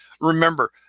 Remember